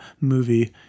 movie